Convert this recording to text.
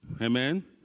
Amen